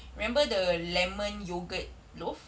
remember the lemon yogurt loaf